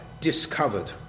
discovered